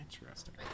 Interesting